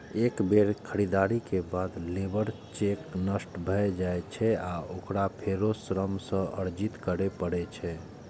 एक बेर खरीदारी के बाद लेबर चेक नष्ट भए जाइ छै आ ओकरा फेरो श्रम सँ अर्जित करै पड़ै छै